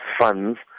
funds